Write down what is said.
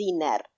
dinner